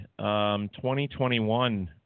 2021